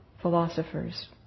philosophers